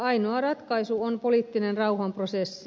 ainoa ratkaisu on poliittinen rauhanprosessi